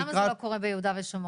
מה עם מה שקורה ביהודה ושומרון?